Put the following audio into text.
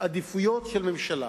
עדיפויות של ממשלה,